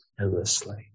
endlessly